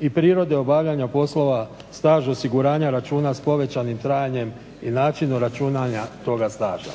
i prirode obavljanja poslova staž osiguranja računa s povećanim trajanjem i načinu računanja toga staža.